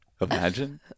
Imagine